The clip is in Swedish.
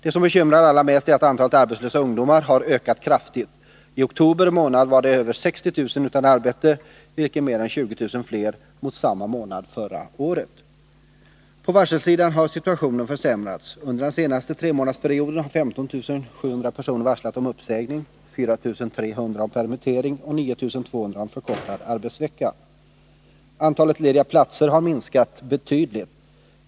Det som bekymrar allra mest är att antalet arbetslösa ungdomar har ökat kraftigt. I oktober månad var över 60 000 ungdomar utan arbete, vilket är mer än 20 000 fler än samma månad förra året. På varselsidan har situationen försämrats. Under den senaste tremånadersperioden har 15700 personer varslats om uppsägning, 4300 om permittering och 9 200 om förkortad arbetsvecka. Antalet lediga platser har minskat betydligt.